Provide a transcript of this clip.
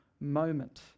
moment